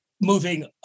moving